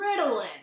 Ritalin